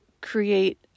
create